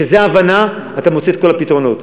כשזו ההבנה אתה מוצא את כל הפתרונות.